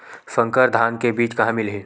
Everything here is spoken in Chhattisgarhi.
संकर धान के बीज कहां मिलही?